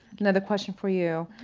another question for you.